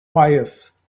pious